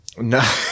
No